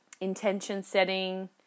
intention-setting